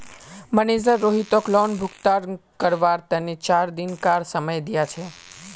manager रोहितक loan भुगतान करवार तने चार दिनकार समय दिया छे